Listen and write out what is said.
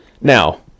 Now